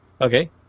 Okay